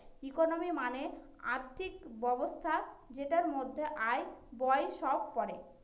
economy মানে আর্থিক ব্যবস্থা যেটার মধ্যে আয়, ব্যয় সব পড়ে